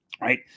right